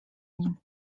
nim